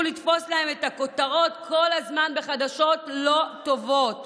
לתפוס להם את הכותרות כל הזמן בחדשות לא טובות.